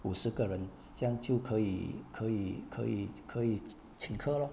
五十个人这样就可以可以可以可以请客 lor